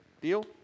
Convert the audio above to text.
Deal